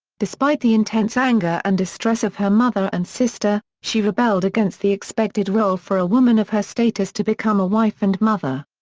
despite the intense anger and distress of her mother and sister, she rebelled against the expected role for a woman of her status to become a wife and mother.